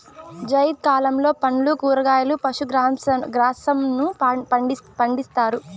జైద్ కాలంలో పండ్లు, కూరగాయలు, పశు గ్రాసంను పండిత్తారు